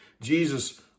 Jesus